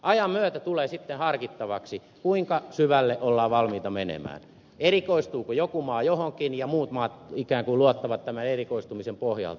ajan myötä tulee sitten harkittavaksi kuinka syvälle ollaan valmiita menemään erikoistuuko joku maa johonkin ja muut maat ikään kuin luottavat tämän erikoistumisen pohjalta